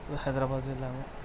حیدر آباد ضلع میں